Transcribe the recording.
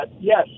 yes